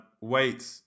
wait